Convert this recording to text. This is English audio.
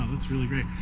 that's really great.